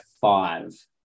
five